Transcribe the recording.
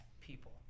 people